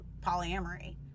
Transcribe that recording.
polyamory